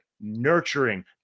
nurturing